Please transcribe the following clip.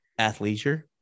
athleisure